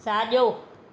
साॼो